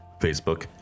Facebook